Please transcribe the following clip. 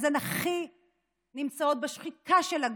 אז הן הכי נמצאות בשחיקה של הגוף,